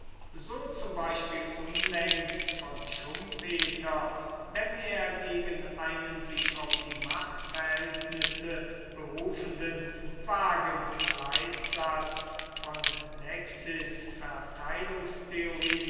so z b unlängst von schumpeter wenn er gegen einen sich auf die machtverhältnisse berufenden vagen leitsatz von